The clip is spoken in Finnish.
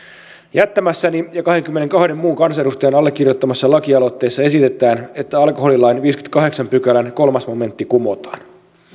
jättämässäni ja kahdenkymmenenkahden muun kansanedustajan allekirjoittamassa lakialoitteessa esitetään että alkoholilain viidennenkymmenennenkahdeksannen pykälän kolmas momentti kumotaan